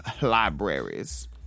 libraries